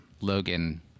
Logan